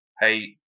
Hey